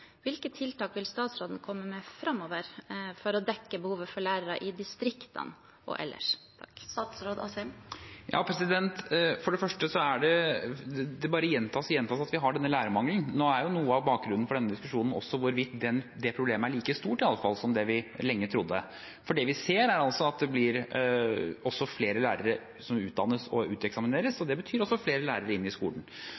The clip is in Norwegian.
Hvilke tiltak vil statsråden komme med framover for å dekke behovet for lærere i distriktene og ellers? Det bare gjentas og gjentas at vi har denne lærermangelen. Noe av bakgrunnen for denne diskusjonen er jo også hvorvidt det problemet er like stort som det vi lenge trodde, for det vi ser, er altså at det blir flere lærere som utdannes og uteksamineres, og